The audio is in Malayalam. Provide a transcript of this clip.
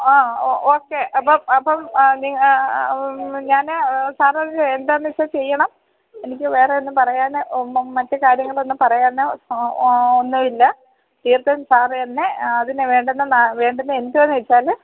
ഓ ഓക്കെ അപ്പോള് അപ്പോള് നിങ് ഞാന് സാറത് എന്താന്നുവച്ചാല് ചെയ്യണം എനിക്ക് വേറെ ഒന്നും പറയാന് മറ്റു കാര്യങ്ങളൊന്നും പറയാനോ ഒ ഒന്നുമില്ല തീർത്തും സാർ തന്നെ അതിന് വേണ്ടുന്ന എന്തുവാന്ന് വച്ചാല്